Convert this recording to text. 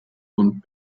und